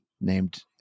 named